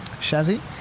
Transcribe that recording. chassis